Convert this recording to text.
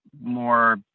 more